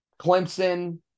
Clemson